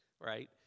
right